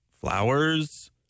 flowers